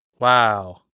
wow